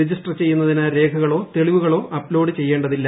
register ചെയ്യുന്നതിന് രേഖകളോ തെളിവുകളോ അപ്ലോഡ് ചെയ്യേണ്ടതില്ല